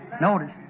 Notice